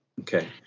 okay